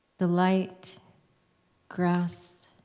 the light grass